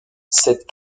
cette